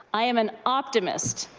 i am an optimist.